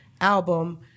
album